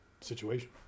situation